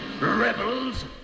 rebels